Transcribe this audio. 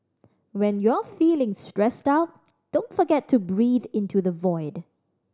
when you are feeling stressed out don't forget to breathe into the void